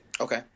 Okay